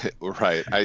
Right